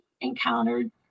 encountered